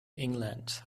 england